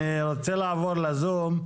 אני רוצה לעבור לזום.